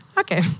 Okay